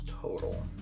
total